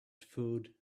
food